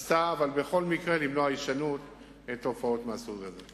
עשתה, בכל מקרה למנוע הישנות תופעות מהסוג הזה.